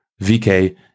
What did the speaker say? VK